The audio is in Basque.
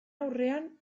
aurrean